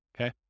okay